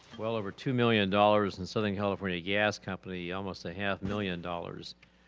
well over two million dollars in southern california gas company almost a half million dollars.